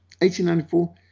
1894